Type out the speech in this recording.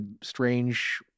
strange